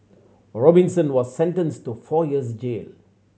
Robinson was sentenced to four years jail